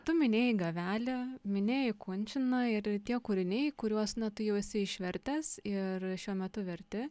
tu minėjai gavelį minėjai kunčiną ir tie kūriniai kuriuos na tu jau esi išvertęs ir šiuo metu verti